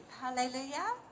Hallelujah